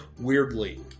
weirdly